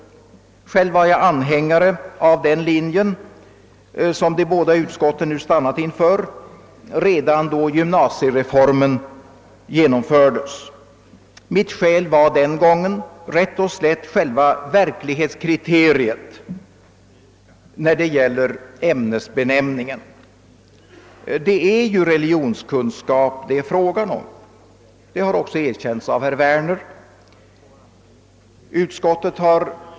Själv var jag anhängare av den linje som de båda utskotten nu stannat inför redan då gymnasiereformen genomfördes. Mitt skäl var den gången rätt och slätt själva verklighetskriteriet i fråga om ämnesbenämningen. Det är ju religionskunskap det är fråga om. Detta har också erkänts av herr Werner.